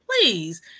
Please